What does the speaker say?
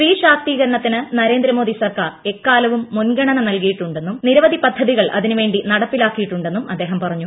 സ്ത്രീ ശാക്തീകരണത്തിനു നരേന്ദ്രമോദി സർക്കാർ എക്കാലവും മുൻഗണന നൽകിയിട്ടുണ്ടെന്നും നിരവധി പദ്ധതികൾ അതിനുവേണ്ടി നടപ്പിലാക്കിയിട്ടുണ്ടെന്നും അദ്ദേഹം പറഞ്ഞു